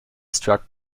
struck